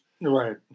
Right